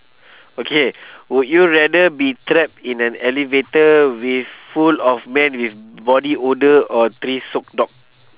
okay would you rather be trapped in an elevator with full of men with body odour or three soaked dog